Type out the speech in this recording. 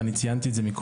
ואני ציינתי את זה קודם,